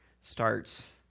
starts